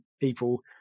people